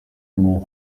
more